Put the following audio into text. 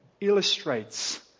illustrates